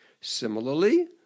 Similarly